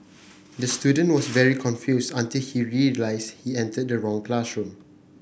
the student was very confused until he realised he entered the wrong classroom